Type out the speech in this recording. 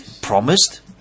promised